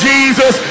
Jesus